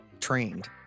trained